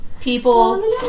People